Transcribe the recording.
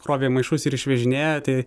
krovė į maišus ir išvežinėjo tai